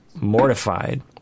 mortified